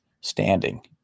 standing